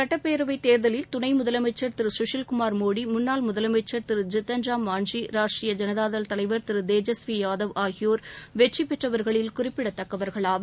சுட்டப்பேரவை தேர்தலில் துணை முதலமைச்சா் திரு கஷில் குமார் மோடி முன்னாள் முதலமைச்சா் திரு ஜித்தன் ராம் மான்ஜி ராஷ்டரிய ஜனதா தள் தலைவர் திரு தேஜஸ்வி யாதவ் ஆகியோர் வெற்றிபெற்றவர்களில் குறிப்பிடத்தக்கவர்கள் ஆவர்